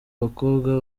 abakobwa